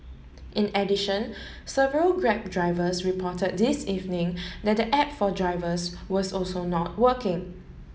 in addition several Grab drivers report this evening that the app for drivers was also not working